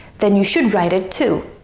then you should write it, too